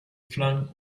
flung